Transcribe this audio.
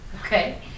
Okay